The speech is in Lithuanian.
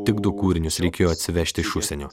tik du kūrinius reikėjo atsivežti iš užsienio